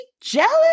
jealous